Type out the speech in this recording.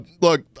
Look